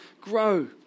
grow